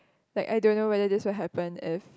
like I don't know whether this will happen if